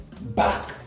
back